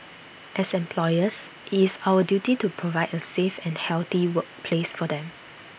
as employers IT is our duty to provide A safe and healthy workplace for them